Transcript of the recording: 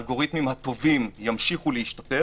האלגוריתמים הטובים ימשיכו להשתפר